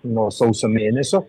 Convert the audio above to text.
nuo sausio mėnesio